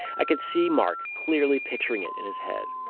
i could see mark clearly picturing it in his head.